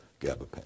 gabapentin